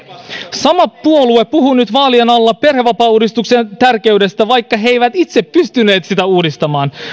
sama puolue puhuu nyt vaalien alla perhevapaauudistuksen tärkeydestä vaikka he he eivät itse pystyneet sitä uudistamaan